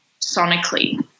sonically